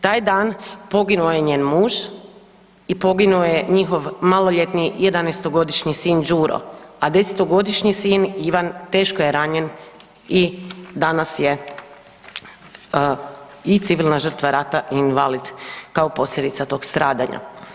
Taj dan poginuo je njen muž i poginuo je njihov maloljetni 11-to godišnji sin Đuro, a 10-to godišnji sin Ivan teško je ranjen i danas je i civilna žrtva rata i invalid kao posljedica tog stradanja.